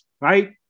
right